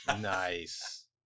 nice